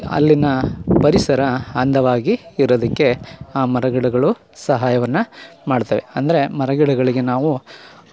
ಅಲ್ಲಿನ ಪರಿಸರ ಅಂದವಾಗಿ ಇರೋದಕ್ಕೆ ಆ ಮರಗಿಡಗಳು ಸಹಾಯವನ್ನು ಮಾಡ್ತವೆ ಅಂದರೆ ಮರಗಿಡಗಳಿಗೆ ನಾವು